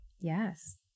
Yes